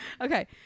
Okay